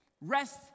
Rest